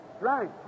Right